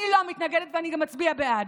אני לא מתנגדת ואני גם אצביע בעד.